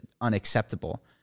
unacceptable